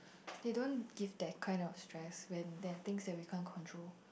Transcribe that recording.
they don't give that kind of stress when there are things that we can't control